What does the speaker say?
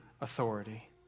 authority